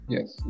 Yes